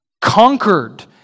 conquered